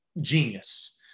Genius